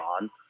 on